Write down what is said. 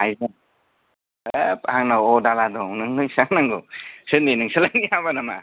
हाइजें हाब आंनाव अदाला दं नोंनो बेसेबां नांगौ सोरनि नोंसालानि हाबा नामा